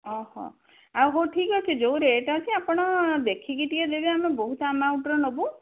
ହଉ ଠିକ୍ ଅଛି ଯେଉଁ ରେଟ୍ ଅଛି ଆପଣ ଦେଖିକି ଟିକିଏ ଦେବେ ଆମେ ବହୁତ ଆମାଉଣ୍ଟର ନେବୁ